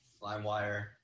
LimeWire